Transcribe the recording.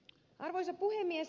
arvoisa puhemies